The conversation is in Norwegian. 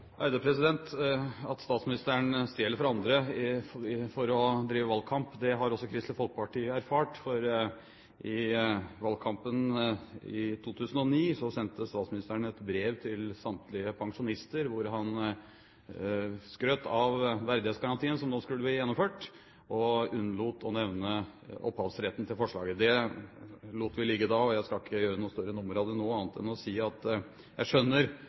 At statsministeren stjeler fra andre for å drive valgkamp, har også Kristelig Folkeparti erfart. I valgkampen i 2009 sendte statsministeren et brev til samtlige pensjonister hvor han skrøt av verdighetsgarantien som skulle bli gjennomført, og unnlot å nevne opphavsretten til forslaget. Det lot vi ligge da. Jeg skal ikke gjøre noe større nummer av det nå, annet enn å si at jeg skjønner